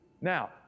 Now